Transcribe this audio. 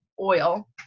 oil